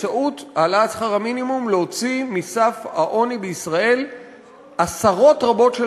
באמצעות העלאת שכר המינימום להוציא מסף העוני בישראל עשרות רבות של